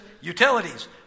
utilities